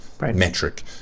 metric